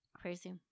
Crazy